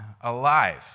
alive